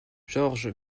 georges